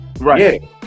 Right